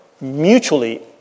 mutually